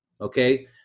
okay